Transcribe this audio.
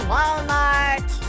Walmart